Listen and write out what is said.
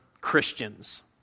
Christians